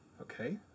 Okay